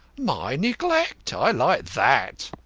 my neglect! i like that!